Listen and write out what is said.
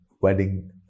wedding